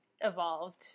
evolved